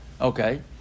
Okay